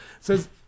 says